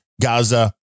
Gaza